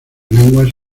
lenguas